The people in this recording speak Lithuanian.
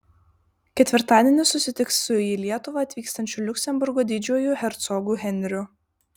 ketvirtadienį susitiks su į lietuvą atvykstančiu liuksemburgo didžiuoju hercogu henriu